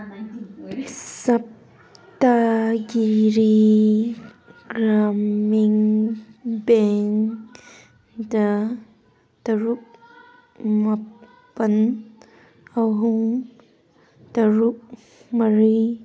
ꯁꯞꯇꯥꯒꯤꯔꯤ ꯒ꯭ꯔꯥꯃꯤꯟ ꯕꯦꯡꯗ ꯇꯔꯨꯛ ꯃꯥꯄꯜ ꯑꯍꯨꯝ ꯇꯔꯨꯛ ꯃꯔꯤ